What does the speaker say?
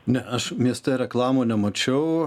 ne aš mieste reklamų nemačiau